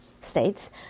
states